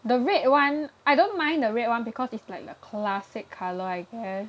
the red one I don't mind the red one because it's like the classic colour I guess